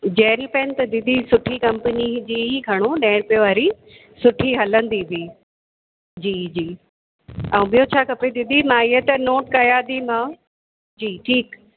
jail pen त दीदी सुठी कंपनी जी ही खणो ॾहे रुपए वारी सुठी हलंदी बि जी जी ऐं ॿियो छा खपे दीदी मां हीअ त नोट कयांथीमाव जी ठीकु